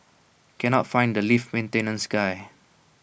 cannot find the lift maintenance guy